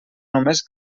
només